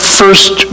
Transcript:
first